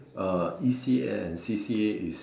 uh E_C_A and C_C_A is